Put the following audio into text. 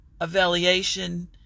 evaluation